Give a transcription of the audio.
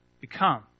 become